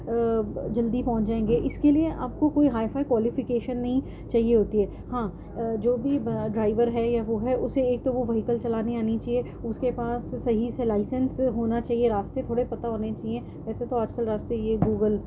جلدی پہنچ جائیں گے اس کے لیے آپ کو کوئی ہائی فائی کوالیفکیشن نہیں چاہیے ہوتی ہے ہاں جو بھی ڈرائیور ہے یا وہ ہے اسے ایک تو وہ وہیکل چلانے آنی چاہیے اس کے پاس صحیح سے لائسنس ہونا چاہیے راستے تھوڑے پتہ ہونے چاہییں ویسے تو آج کل راستے یہ گوگل